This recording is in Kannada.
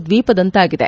ದ್ವೀಪದಂತಾಗಿದೆ